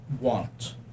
want